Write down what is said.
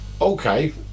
Okay